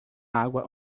água